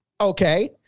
Okay